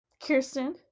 Kirsten